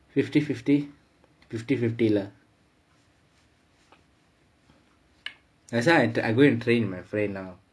fifty fifty fifty fifty lah as long as I go and train my friend now